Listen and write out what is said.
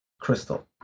crystal